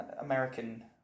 American